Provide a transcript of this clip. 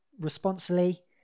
Responsibly